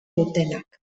dutenak